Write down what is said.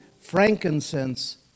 frankincense